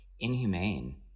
Inhumane